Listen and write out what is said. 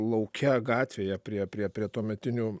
lauke gatvėje prie prie prie tuometinių